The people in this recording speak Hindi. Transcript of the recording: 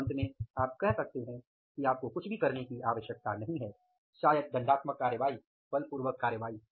तो अंत में आप कह सकते हैं कि आपको कुछ भी करने की आवश्यकता नहीं है शायद दंडात्मक कार्यवाई बलपूर्वक कार्यवाई